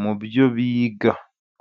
mu byo biga.